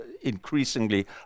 increasingly